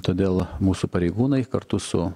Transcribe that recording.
todėl mūsų pareigūnai kartu su